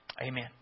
Amen